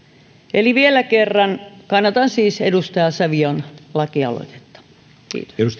eli vielä kerran kannatan siis edustaja savion lakialoitetta kiitos